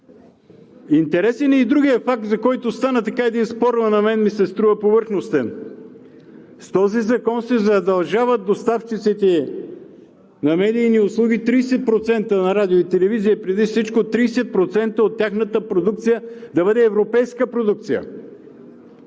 Интересен е и другият факт, за който стана един спор, но на мен ми се струва повърхностен. С този закон се задължават доставчиците на медийни услуги – 30% на радио и телевизия, преди всичко 30% от тяхната продукция да бъде европейска продукция,